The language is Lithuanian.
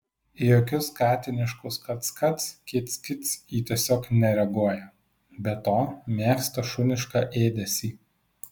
į jokius katiniškus kac kac kic kic ji tiesiog nereaguoja be to mėgsta šunišką ėdesį